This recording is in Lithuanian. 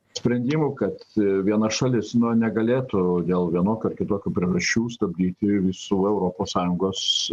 sprendimų kad viena šalis nu negalėtų dėl vienokių ar kitokių priežasčių stabdyti visų europos sąjungos